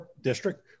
district